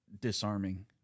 disarming